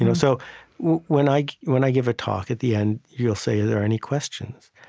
you know so when i when i give a talk, at the end you'll say, are there any questions?